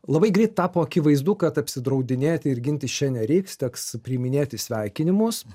labai greit tapo akivaizdu kad apsidraudinėti ir ginti čia nereiks teks priiminėti sveikinimus